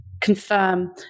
confirm